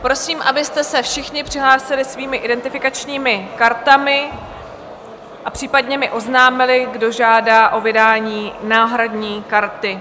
Prosím, abyste se všichni přihlásili svými identifikačními kartami a případně mi oznámili, kdo žádá o vydání náhradní karty.